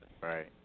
Right